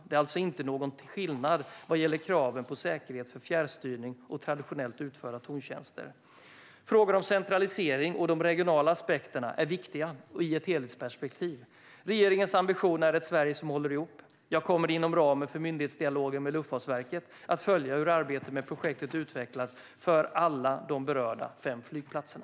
Det är alltså inte någon skillnad vad gäller kraven på säkerhet för fjärrstyrning och traditionellt utförda torntjänster. Frågor om centralisering och de regionala aspekterna är viktiga i ett helhetsperspektiv. Regeringens ambition är ett Sverige som håller ihop. Jag kommer inom ramen för myndighetsdialogen med Luftfartsverket att följa hur arbetet med projektet utvecklas för alla de berörda fem flygplatserna.